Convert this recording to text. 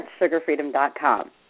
sugarfreedom.com